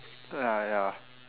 uh ya ya